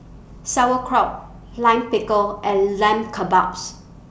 Sauerkraut Lime Pickle and Lamb Kebabs